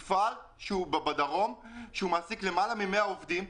מדובר במפעל שנמצא בדרום ושמעסיק למעלה מ-100 עובדים.